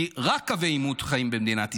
כי רק קווי עימות חיים במדינת ישראל.